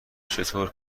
چطور